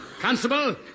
Constable